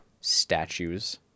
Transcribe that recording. statues